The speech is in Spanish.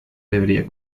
debería